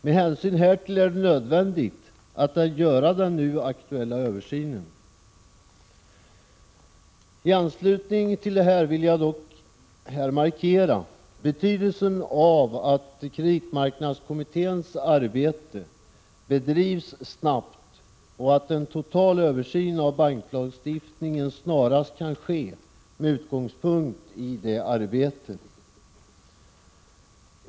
Med hänsyn härtill är det nödvändigt att göra den nu aktuella översynen. I anslutning till detta vill jag dock här markera betydelsen av att kreditmarknadskommitténs arbete bedrivs snabbt och att en total översyn av banklagstiftningen kan ske snarast med utgångspunkt i detta arbete.